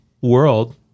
world